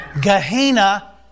Gehenna